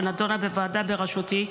שנדונה בוועדה בראשותי,